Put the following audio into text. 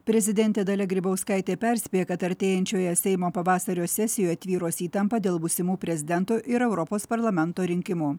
prezidentė dalia grybauskaitė perspėja kad artėjančioje seimo pavasario sesijoje tvyros įtampa dėl būsimų prezidento ir europos parlamento rinkimų